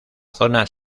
zona